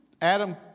Adam